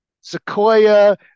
sequoia